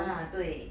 啊对